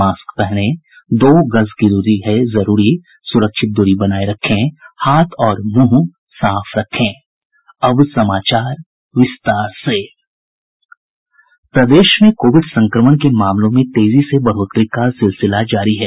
mask पहनें दो गज दूरी है जरूरी सुरक्षित दूरी बनाये रखें हाथ और मुंह साफ रखें अब समाचार विस्तार से प्रदेश में कोविड संक्रमण के मामलों में तेजी से बढ़ोतरी का सिलसिला जारी है